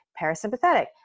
parasympathetic